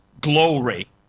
glory